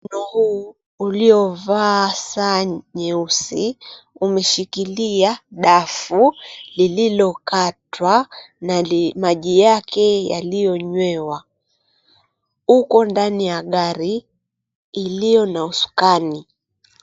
Mkono huu uliovaa saa nyeusi umeshikilia dafu lililokatwa na maji yake yaliyonywewa uko ndani ya gari ilio na usukani.